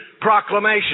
proclamation